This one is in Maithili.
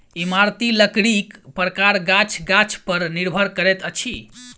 इमारती लकड़ीक प्रकार गाछ गाछ पर निर्भर करैत अछि